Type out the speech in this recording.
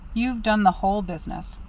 you've done the whole business.